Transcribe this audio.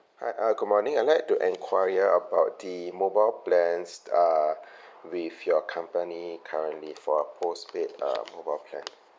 hi uh good morning I'd like to enquire about the mobile plans uh with your company currently for a postpaid uh mobile plan